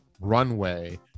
runway